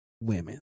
women